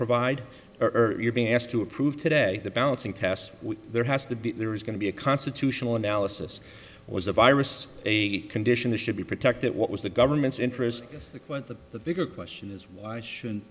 provide earlier you're being asked to approve today the balancing test there has to be there is going to be a constitutional analysis was a virus a condition that should be protected what was the government's interest is the quote that the bigger question is why should